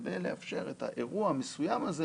כדי לאפשר את האירוע המסוים הזה